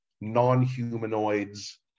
non-humanoids